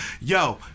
Yo